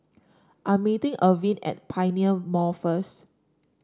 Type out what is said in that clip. I'm meeting Arvin at Pioneer Mall first